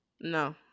No